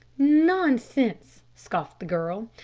nonsense, scoffed the girl.